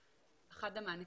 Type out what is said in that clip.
אחד המענקים,